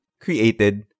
created